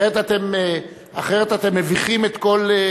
אחרת אתם מביכים את כל,